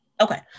okay